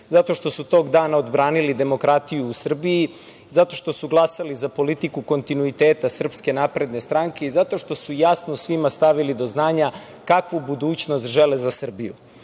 zato što su tog dana odbranili demokratiju u Srbiji, i zato što su glasali za politiku u kontinuiteta SNS i zato što su jasno svima stavili do znanja kakvu budućnost žele za Srbiju. Lično